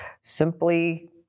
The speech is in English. simply